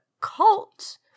cult